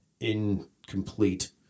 Incomplete